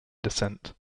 descent